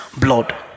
blood